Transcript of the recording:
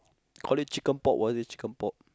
call it chicken pork was it chicken pork